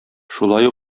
шулай